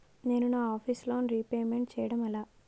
నేను నా office loan repayment చేయడం ఎలా?